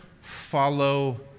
follow